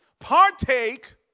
Partake